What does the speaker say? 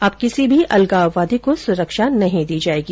अब किसी भी अलगाववादी को सुरक्षा नहीं दी जाएगी